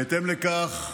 בהתאם לכך,